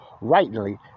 rightly